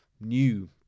new